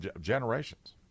generations